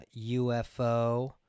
UFO